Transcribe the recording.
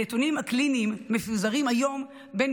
הנתונים הקליניים מפוזרים היום בין